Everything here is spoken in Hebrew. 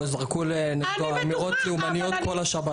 זרקו לו אמירות לאומניות כל השבת.